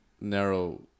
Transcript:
narrow